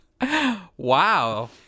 Wow